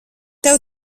tev